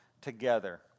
together